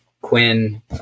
Quinn